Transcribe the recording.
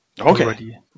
Okay